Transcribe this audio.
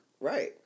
Right